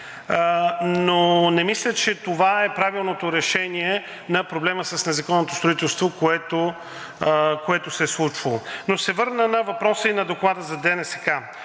но не мисля, че това е правилното решение на проблема с незаконното строителство, което се е случвало. Но ще се върна на въпроса и на Доклада за ДНСК.